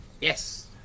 Yes